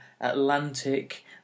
Atlantic